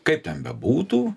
kaip ten bebūtų